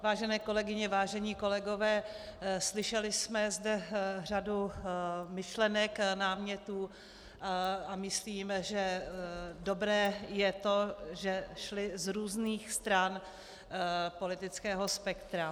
Vážené kolegyně, vážení kolegové, slyšeli jsme zde řadu myšlenek, námětů a myslím, že dobré je to, že šly z různých stran politického spektra.